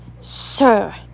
sir